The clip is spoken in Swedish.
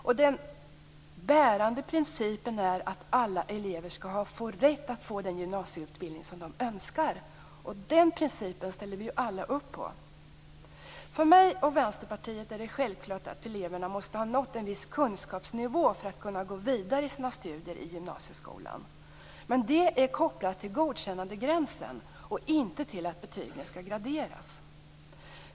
Den bärande principen är att alla elever skall ha rätt att få den gymnasieutbildning de önskar. Den principen ställer vi ju alla upp på. För mig och Vänsterpartiet är det självklart att eleverna måste ha nått en viss kunskapsnivå för att kunna gå vidare i sina studier till gymnasieskolan. Men den nivån är kopplad till godkännandegränsen och inte till en gradering av betygen.